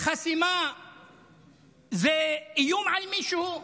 חסימה זה איום על מישהו?